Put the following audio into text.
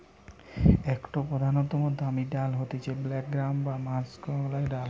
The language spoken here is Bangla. একটো প্রধানতম দামি ডাল হতিছে ব্ল্যাক গ্রাম বা মাষকলাইর ডাল